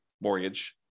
mortgage